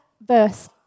verse